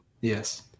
Yes